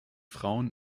frauen